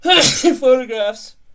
photographs